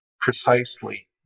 precisely